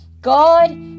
God